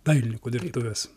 dailininkų dirbtuves